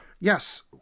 yes